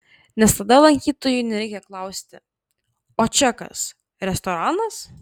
nes tada lankytojui nereikia klausti o čia kas restoranas